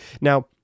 Now